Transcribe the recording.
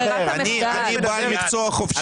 אני בעל מקצוע חופשי,